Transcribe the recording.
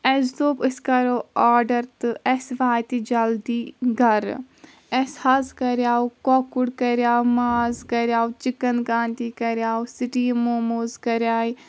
اسہِ دوٚپ أسۍ کرو آرڈر تہٕ اسہِ واتہِ جلدی گرٕ اسہِ حظ کریاو کۄکُر کریاو ماز کریاو چکن کانتی کریاو سٹیٖم موموز کریایہِ